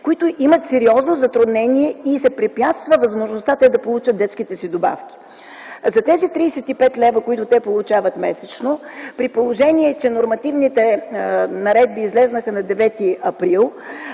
които имат сериозни затруднения и се възпрепятства възможността те да получат детските си добавки. За тези 35 лв., които те получават месечно, при положение, че нормативните наредби излязоха на 9 април,